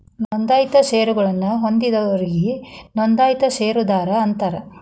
ನೋಂದಾಯಿತ ಷೇರಗಳನ್ನ ಹೊಂದಿದೋರಿಗಿ ನೋಂದಾಯಿತ ಷೇರದಾರ ಅಂತಾರ